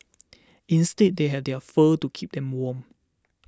instead they have their fur to keep them warm